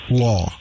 law